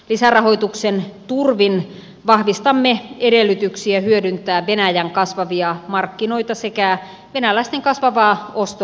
lisärahoituksen turvin vahvistamme edellytyksiä hyödyntää venäjän kasvavia markkinoita sekä venäläisten kasvavaa ostovoimaa